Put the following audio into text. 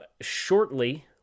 Shortly